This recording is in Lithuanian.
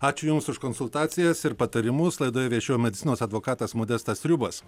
ačiū jums už konsultacijas ir patarimus laidoje viešėjo medicinos advokatas modestas sriubas